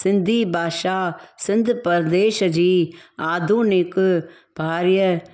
सिंधी भाषा सिंध प्रदेश जी आधुनिक भार्य